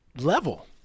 level